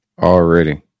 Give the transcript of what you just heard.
already